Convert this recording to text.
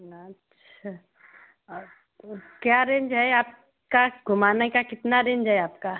अच्छा और क्या रेंज है आपका घूमाने का कितना रेंज है आपका